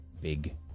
big